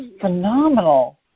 phenomenal